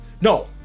No